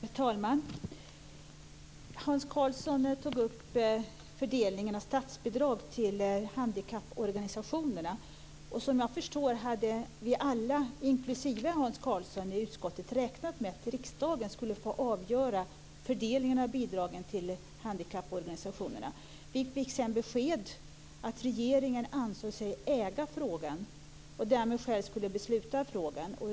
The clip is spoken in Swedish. Fru talman! Hans Karlsson tog upp fördelningen av statsbidrag till handikapporganisationerna. Som jag förstod det hade vi alla i utskottet, inklusive Hans Karlsson, räknat med att riksdagen skulle få avgöra fördelningen av bidragen till handikapporganisationerna. Vi fick sedan besked att regeringen ansåg sig äga frågan och därmed själv skulle besluta i frågan.